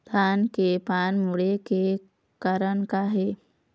धान के पान मुड़े के कारण का हे?